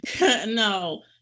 no